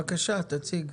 בבקשה, תציג.